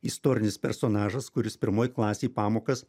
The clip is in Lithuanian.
istorinis personažas kuris pirmoj klasėj pamokas